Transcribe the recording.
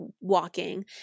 walking